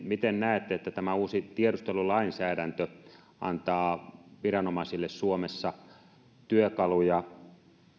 miten näette että tämä uusi tiedustelulainsäädäntö antaa viranomaisille suomessa työkaluja